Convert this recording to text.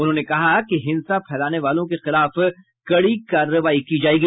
उन्होंने कहा कि हिंसा फैलाने वालों के खिलाफ कड़ी कार्रवाई की जायेंगी